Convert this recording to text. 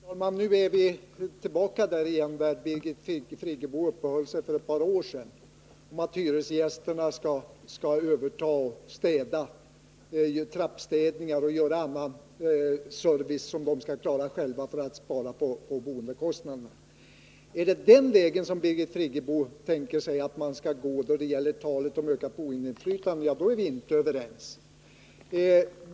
Herr talman! Nu är vi tillbaka igen i det resonemang som Birgit Friggebo uppehöll sig vid för ett par år sedan — att hyresgästerna skulle överta trappstädningar och annan service för att spara på boendekostnaden. Är det den vägen som Birgit Friggebo tänker sig att man skall gå då det gäller ett ökat boendeinflytande, ja, då är vi inte överens.